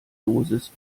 dosis